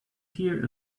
hear